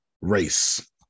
Race